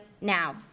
now